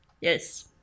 Yes